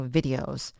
Videos